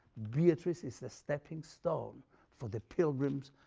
beatrice is the stepping stone for the pilgrim's